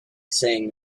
saying